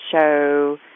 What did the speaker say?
show